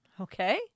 Okay